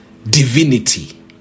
Divinity